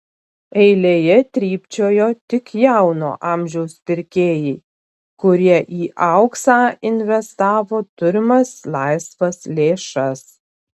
eilėje trypčiojo tik jauno amžiaus pirkėjai kurie į auksą investavo turimas laisvas lėšas